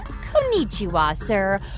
konichiwa, sir.